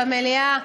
במליאה,